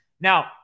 Now